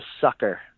sucker